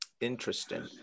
Interesting